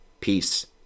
Peace